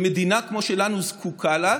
ומדינה כמו שלנו זקוקה לה,